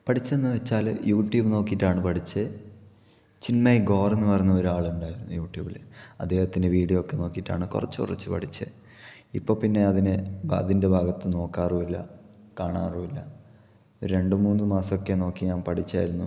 പഠിച്ചെന്ന് വെച്ചാല് യൂട്യൂബ് നോക്കിയിട്ടാണ് പഠിച്ച് ചിന്മയ് ഗോര് എന്ന് പറയുന്ന ഒരാളുണ്ടാരുന്നു യൂട്യൂബില് അദ്ദേഹത്തിന്റെ വീഡിയോ ഒക്കെ നോക്കിയിട്ടാണ് കുറച്ച് കുറച്ച് പഠിച്ചത് ഇപ്പോൾ പിന്നെ അതിന് അതിന്റെ ഭാഗത്ത് നോക്കാറും ഇല്ല കാണാറുവില്ല രണ്ടുമൂന്ന് മാസമൊക്കെ നോക്കി ഞാന് പഠിച്ചായിരുന്നു